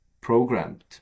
programmed